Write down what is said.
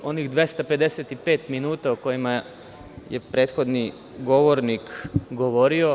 Onih 255 minuta o kojima je prethodni govornik govorio…